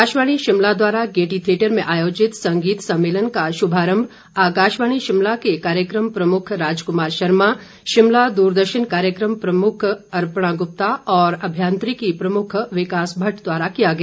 आकाशवाणी शिमला द्वारा Gaiety theatre में आयोजित संगीत सम्मेलन का शुभारम्भ आकाशवाणी शिमला के कार्यक्रम प्रमुख राजकुमार शर्मा शिमला द्रदर्शन की कार्यक्रम प्रमुख अर्पणा गुप्ता और अभियांत्रिकी प्रमुख विकास भट्ट द्वारा किया गया